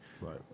Right